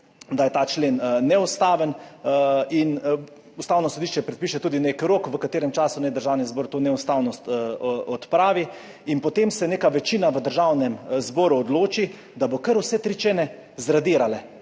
da je ta člen neustaven in Ustavno sodišče predpiše tudi nek rok v katerem času naj Državni zbor to neustavnost odpravi. In potem se neka večina v Državnem zboru odloči, da bo kar vse tri člene zradirala